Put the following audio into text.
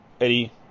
Eddie